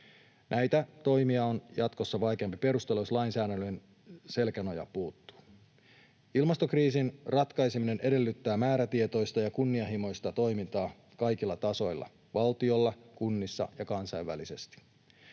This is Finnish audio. Näitä toimia on jatkossa vaikeampi perustella, jos lainsäädännön selkänoja puuttuu. Ilmastokriisin ratkaiseminen edellyttää määrätietoista ja kunnianhimoista toimintaa kaikilla tasoilla: valtiolla, kunnissa ja kansainvälisesti.